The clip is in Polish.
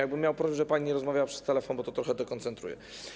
Ja bym miał prośbę, żeby pani nie rozmawiała przez telefon, bo to trochę dekoncentruje.